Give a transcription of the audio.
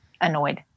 annoyed